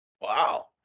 wow